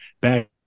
back